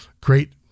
great